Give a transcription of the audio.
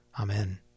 Amen